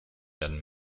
werden